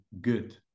good